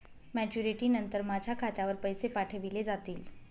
Maturity नंतर माझ्या खात्यावर पैसे पाठविले जातील?